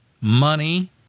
money